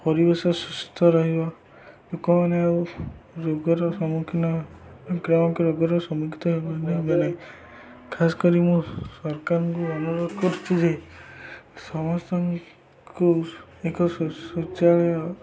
ପରିବେଶ ସୁସ୍ଥ ରହିବ ଲୋକମାନେ ଆଉ ରୋଗର ସମ୍ମୁଖୀନ ସଂକ୍ରାମକ ରୋଗର ସମ୍ମୁଖୀନ ହେବେନାହିଁ ଖାସ୍ କରି ମୁଁ ସରକାରଙ୍କୁ ଅନୁରୋଧ କରୁଛିି ଯେ ସମସ୍ତଙ୍କୁ ଏକ ଶୌଚାଳୟ